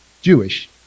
Jewish